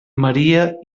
maria